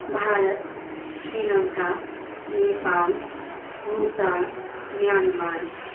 भारतम् श्रीलङ्का नेपाल् भूतान् म्यान्मर्